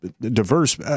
diverse